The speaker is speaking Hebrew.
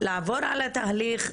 לעבור על התהליך,